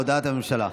בבקשה, הודעת הממשלה.